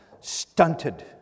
stunted